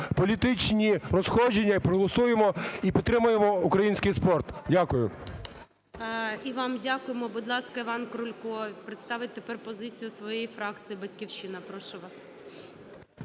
політичні розходженні і проголосуємо, і підтримаємо український спорт. Дякую. ГОЛОВУЮЧИЙ. І вам дякуємо. Будь ласка, Іван Крулько представить тепер позицію своєї фракції "Батьківщина". Прошу вас.